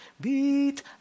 beat